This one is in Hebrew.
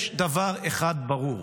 יש דבר אחד ברור: